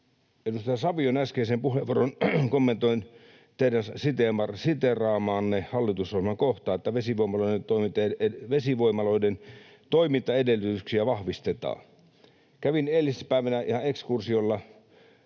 edustaja Savio, äskeiseen puheenvuoroonne kommentoin siteeraamaanne hallitusohjelman kohtaa, että vesivoimaloiden toimintaedellytyksiä vahvistetaan. Kävin eilispäivänä ihan ekskursiolla